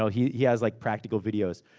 so he he has like practical videos.